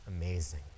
amazing